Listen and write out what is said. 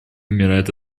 умирают